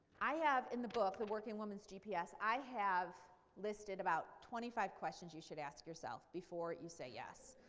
i have in the book, the working woman's gps, i have listed about twenty five questions you should ask yourself before you say yes.